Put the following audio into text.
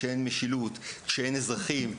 כשאין אזרחים,